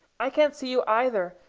i can't see you either,